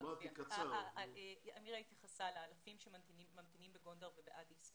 אמירה התייחסה לאלפים שממתינים בגונדר ובאדיס.